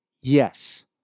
Yes